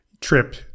trip